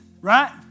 right